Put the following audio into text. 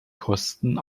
kosten